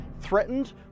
threatened